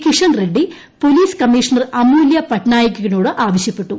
Kishan Reddy police commissioner Amulya പട്നായികിനോട് ആവശ്യപ്പെട്ടു